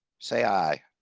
say aye.